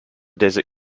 desert